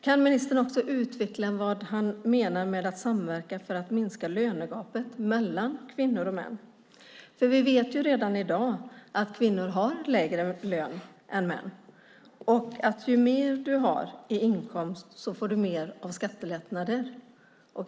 Kan ministern också utveckla vad han menar med att man ska samverka för att minska lönegapet mellan kvinnor och män? Vi vet redan i dag att kvinnor har lägre lön än män. Och ju mer du har i inkomst desto mer får du av skattelättnader.